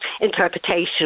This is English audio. interpretation